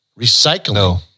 recycling